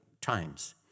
times